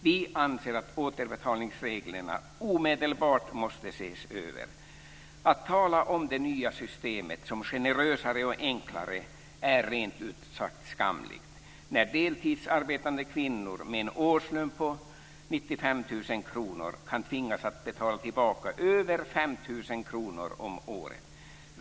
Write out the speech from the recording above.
Vi anser att återbetalningsreglerna omedelbart måste ses över. Att tala om det nya systemet som generösare och enklare är rent ut sagt skamligt när deltidsarbetande kvinnor med en årslön på 95 000 kr kan tvingas att betala tillbaka över 5 000 kr om året.